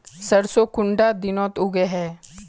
सरसों कुंडा दिनोत उगैहे?